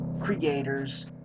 creators